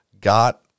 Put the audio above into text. got